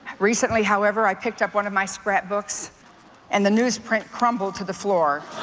recently, however, i picked up one of my scrapbooks and the newsprint crumbled to the floor.